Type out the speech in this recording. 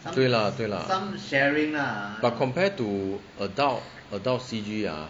对 lah 对 lah but compared to adult adult C_G ah